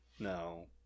No